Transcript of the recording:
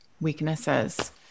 weaknesses